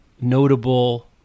notable